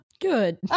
good